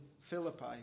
Philippi